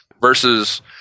Versus